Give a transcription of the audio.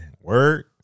word